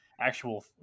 actual